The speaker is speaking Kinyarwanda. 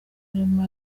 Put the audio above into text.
arimo